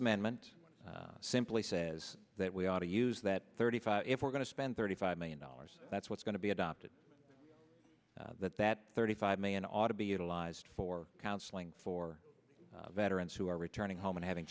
amendment simply says that we ought to use that thirty five if we're going to spend thirty five million dollars that's what's going to be adopted that that thirty five million ought to be utilized for counseling for veterans who are returning home and having